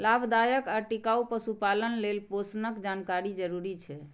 लाभदायक आ टिकाउ पशुपालन लेल पोषणक जानकारी जरूरी छै